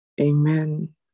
Amen